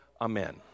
Amen